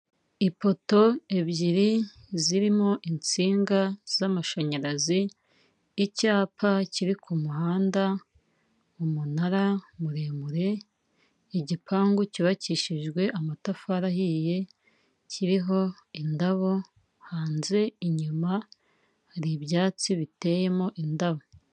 Ipoto ebyiri zirimo insinga z'amashanyarazi, icyapa kiri ku muhanda, umunara muremure igipangu cyubakishijwe amatafari ahiye, kiriho indabo, hanze inyuma hari ibyatsi biteyemo indabo.